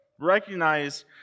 Recognize